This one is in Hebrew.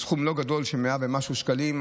בסכום לא גדול, של 100 ומשהו שקלים.